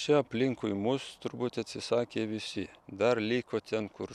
čia aplinkui mus turbūt atsisakė visi dar liko ten kur